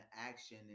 action